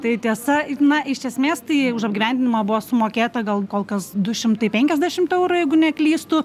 tai tiesa na iš esmės tai už apgyvendinimą buvo sumokėta gal kol kas du šimtai penkiasdešimt eurų jeigu neklystu